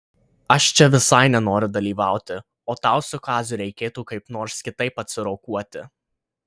aš čia visai nenoriu dalyvauti o tau su kaziu reikėtų kaip nors kitaip atsirokuoti